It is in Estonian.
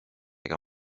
ega